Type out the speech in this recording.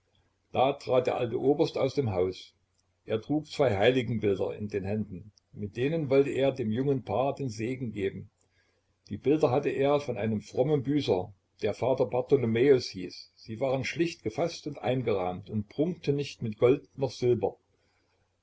da trat der alte oberst aus dem haus er trug zwei heiligenbilder in den händen mit denen wollte er dem jungen paar den segen geben die bilder hatte er von einem frommen büßer der vater bartholomäus hieß sie waren schlicht gefaßt und eingerahmt und prunkten nicht mit gold noch silber